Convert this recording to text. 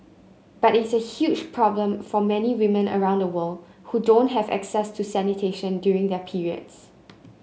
but it's a huge problem for many women around the world who don't have access to sanitation during their periods